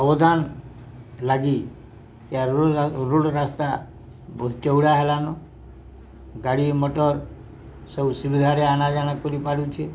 ଅବଦାନ ଲାଗି ଏ ରୋଡ଼ ରା ରୋଡ଼ ରାସ୍ତା ବହୁତ ଚଉଡ଼ା ହେଲାନ ଗାଡ଼ି ମଟର ସବୁ ସୁବିଧାରେ ଆନାଜାନ କରିପାରୁଛି